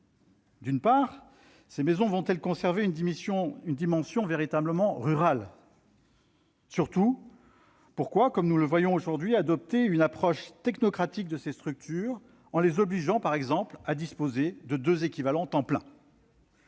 déguisée. Ces maisons vont-elles conserver une dimension véritablement rurale ? Surtout, pourquoi, comme nous le voyons aujourd'hui, adopter une approche technocratique de ces structures en les obligeant, par exemple, à disposer de deux équivalents temps plein ?